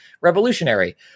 revolutionary